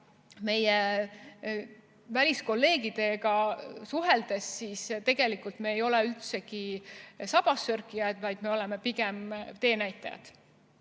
meie väliskolleegidega suhelnuna, et tegelikult me ei ole üldsegi sabassörkijad, vaid me oleme pigem teenäitajad.